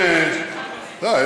לא,